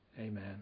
Amen